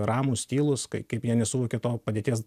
ramūs tylūs kai kaip jie nesuvokė to padėties